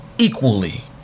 Equally